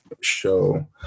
show